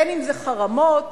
אם חרמות,